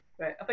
Right